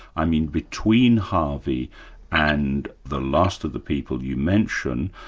i mean between harvey and the last of the people you mention,